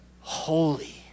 holy